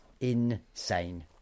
insane